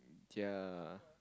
yea